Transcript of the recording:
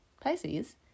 Pisces